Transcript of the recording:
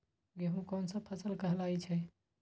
गेहूँ कोन सा फसल कहलाई छई?